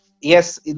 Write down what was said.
Yes